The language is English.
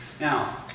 Now